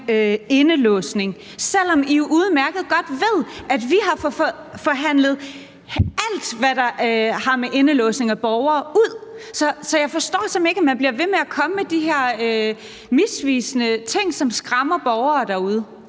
indelåsning, selv om I udmærket godt ved, at vi har forhandlet alt, hvad der har med indelåsning af borgere at gøre, ud. Så jeg forstår simpelt hen ikke, at man bliver ved med at komme med de her misvisende ting, som skræmmer borgere derude.